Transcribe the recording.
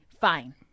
fine